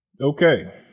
Okay